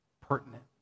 pertinent